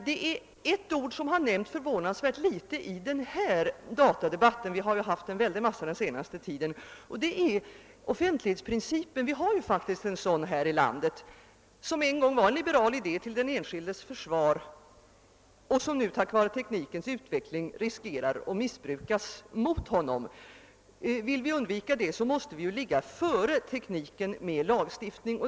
Det är ett begrepp som har nämnts förvånansvärt litet i denna datadebatt — det har ju talats mycket i frågan under den senaste tiden — och det är offentlighetsprincipen. Vi har faktiskt en sådan här i landet som en gång var en liberal idé till den enskildes försvar men som nu på grund av teknikens utveckling kan komma att missbrukas mot medborgaren. Vill vi undvika det måste vi ju ligga före tekniken med lagstiftning.